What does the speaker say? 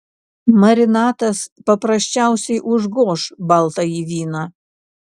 marinatas paprasčiausiai užgoš baltąjį vyną